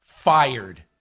fired